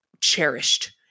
cherished